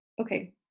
okay